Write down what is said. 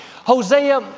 Hosea